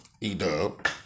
E-Dub